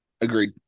Agreed